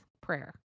prayer